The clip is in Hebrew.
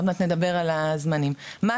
עוד מעט נדבר על הזמנים ולהגיד: ישוב במדינת ישראל,